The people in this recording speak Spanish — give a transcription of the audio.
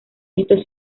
estos